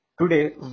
Today